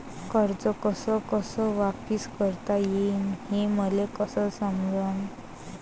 कर्ज कस कस वापिस करता येईन, हे मले कस समजनं?